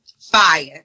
fire